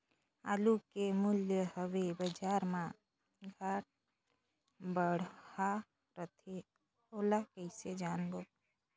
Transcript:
आलू के मूल्य हवे बजार मा घाट बढ़ा रथे ओला कइसे जानबो?